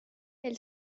elle